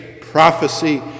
prophecy